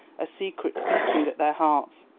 a secret eating at their hearts,